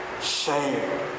shame